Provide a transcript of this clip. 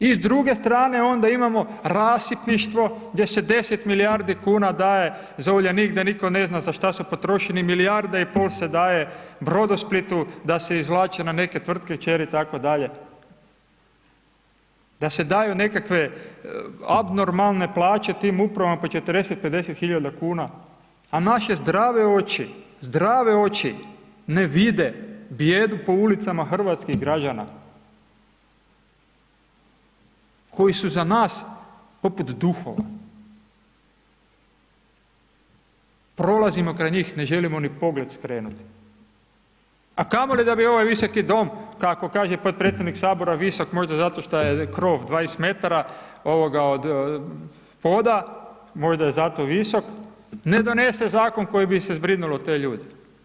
I s druge strane onda imamo rasipništvo gdje se 10 milijardi kuna daje za Uljanik da nitko ne zna za šta su potrošeni, milijarda i pol se daje Brodosplitu da se izvlače na neke tvrtke kćeri itd., da se daju nekakve abnormalne plaće tim upravama po 40-50.000,00 kn, a naše zdrave oči, zdrave oči, ne vide bijedu po ulicama hrvatskih građana koji su za nas poput duhova, prolazimo kraj njih, ne želimo ni pogled skrenuti, a kamoli da bi ovaj Visoki dom, kako kaže potpredsjednik HS, visok možda zato šta je krov 20 m od poda, možda je zato visok, ne donese zakon kojim bi se zbrinulo te ljude.